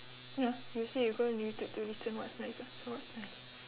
ya you say you go in youtube to listen what's nice [what] so what's nice